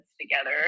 together